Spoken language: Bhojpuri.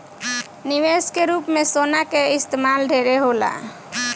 निवेश के रूप में सोना के इस्तमाल ढेरे होला